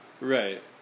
Right